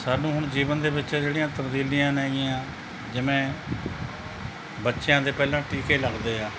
ਸਾਨੂੰ ਹੁਣ ਜੀਵਨ ਦੇ ਵਿੱਚ ਜਿਹੜੀਆਂ ਤਬਦੀਲੀਆਂ ਹੈਗੀਆਂ ਜਿਵੇਂ ਬੱਚਿਆਂ ਦੇ ਪਹਿਲਾਂ ਟੀਕੇ ਲੱਗਦੇ ਆ